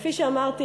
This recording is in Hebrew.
כפי שאמרתי,